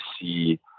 see